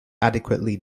adequately